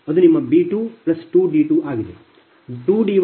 ಅದು ನಿಮ್ಮ b22d2 ಆಗಿದೆ